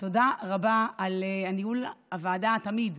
תודה רבה על ניהול הוועדה תמיד,